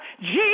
Jesus